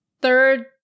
third